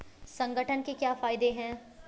संगठन के क्या फायदें हैं?